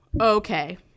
Okay